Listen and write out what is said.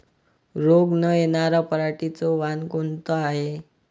रोग न येनार पराटीचं वान कोनतं हाये?